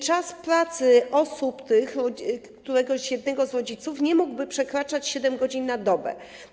Czas pracy tych osób, jednego z rodziców, nie mógłby przekraczać 7 godzin na dobę.